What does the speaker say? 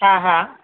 हा हा